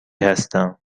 هستم